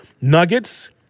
Nuggets